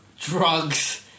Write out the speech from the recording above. drugs